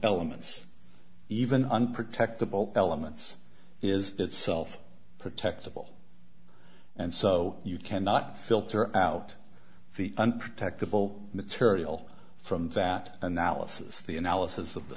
elements even unprotected both elements is itself protectable and so you cannot filter out the unprotected bull material from that analysis the analysis of the